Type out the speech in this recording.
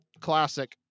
Classic